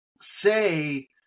say